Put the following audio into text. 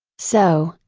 so,